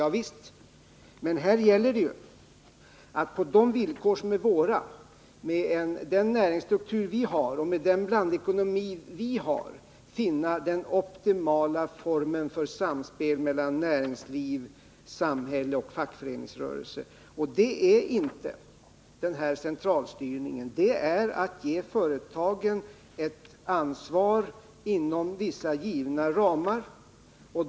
Javisst, men här gäller det ju att på de villkor som är våra, med den näringsstruktur vi har och med den blandekonomi vi har, finna den optimala formen för samspel mellan näringsliv, samhälle och fackföreningsrörelse. Formen för det är inte centralstyrning utan i stället att ge företagen ett ansvar inom vissa givna ramar.